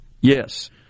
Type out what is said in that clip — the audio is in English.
yes